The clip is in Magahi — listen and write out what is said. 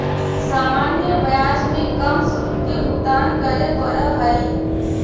सामान्य ब्याज में कम शुल्क के भुगतान करे पड़ऽ हई